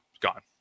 gone